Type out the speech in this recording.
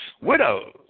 Widows